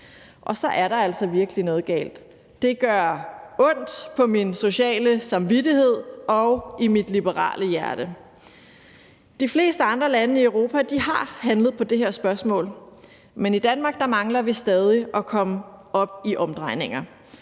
Og så er der altså virkelig noget galt. Det gør ondt på min sociale samvittighed og i mit liberale hjerte. De fleste andre lande i Europa har handlet på det her spørgsmål, men i Danmark mangler vi stadig at komme op i omdrejninger.